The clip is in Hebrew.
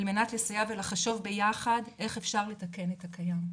על מנת לסייע ולחשוב ביחד איך אפשר לתקן את הקיים.